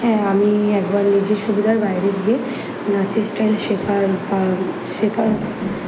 হ্যাঁ আমি একবার নিজের সুবিধার বাইরে গিয়ে নাচের স্টাইল শেখার বা শেখার